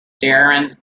darren